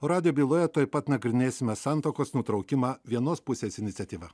radę byloje tuoj pat nagrinėsime santuokos nutraukimą vienos pusės iniciatyva